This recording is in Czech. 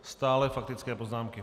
Stále faktické poznámky.